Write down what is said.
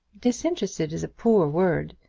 disinterested is a poor word.